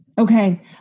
Okay